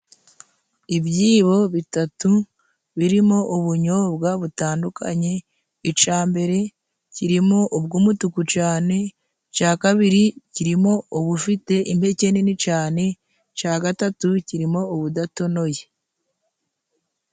Ibyibo bitatu birimo ubunyobwa butandukanye, ica mbere kirimo ubw'umutuku cane, ica kabiri kirimo ubufite imbeke nini cane, ica gatatu kirimo ubudatonoye.